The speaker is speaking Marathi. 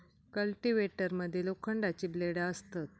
कल्टिवेटर मध्ये लोखंडाची ब्लेडा असतत